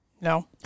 No